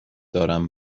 دارم